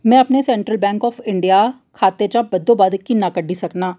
में अपने Central Bank of India खाते चा बद्धोबद्ध किन्ना कड्ढी सकनां